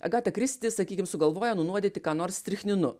agata kristi sakykim sugalvoja nunuodyti ką nors strichninu